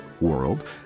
world